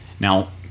Now